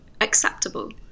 acceptable